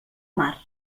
mar